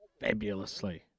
Fabulously